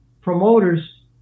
promoters